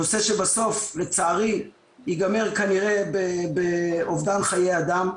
נושא שבסוף לצערי ייגמר כנראה באובדן חיי אדם.